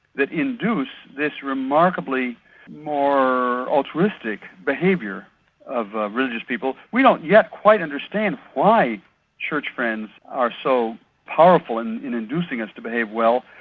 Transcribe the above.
that induce this remarkably more altruistic behaviour of religious people. we don't yet quite understand why church friends are so powerful in in inducing us to behave well,